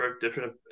different